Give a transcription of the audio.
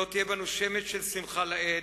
לא יהיה בנו שמץ של שמחה לאיד,